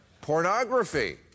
Pornography